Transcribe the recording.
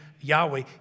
Yahweh